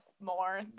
more